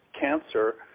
cancer